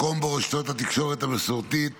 מקום שבו רשתות התקשורת המסורתית